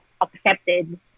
accepted